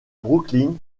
brooklyn